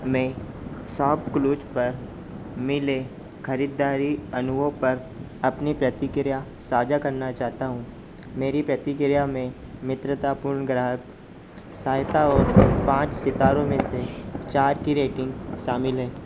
मैं शॉपक्लूज़ पर मिले ख़रीदारी अनुभव पर अपनी प्रतिक्रिया साझा करना चाहता हूँ मेरी प्रतिक्रिया में मित्रतापूर्ण ग्राहक सहायता और पाँच सितारों में से चार की रेटिंग शामिल है